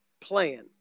plan